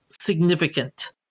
significant